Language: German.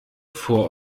vor